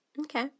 Okay